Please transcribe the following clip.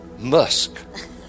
musk